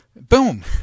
Boom